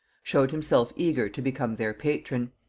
showed himself eager to become their patron.